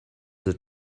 that